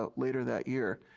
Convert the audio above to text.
ah later that year,